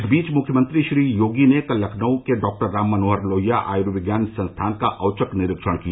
इस बीच मुख्यमंत्री श्री योगी ने कल लखनऊ के डॉक्टर राम मनोहर लोहिया आयुर्विज्ञान संस्थान का औचक निरीक्षण किया